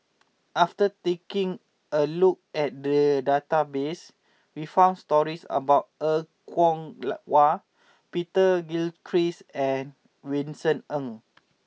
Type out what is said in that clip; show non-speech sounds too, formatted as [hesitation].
after taking a look at the database we found stories about Er Kwong [hesitation] Wah Peter Gilchrist and Vincent Ng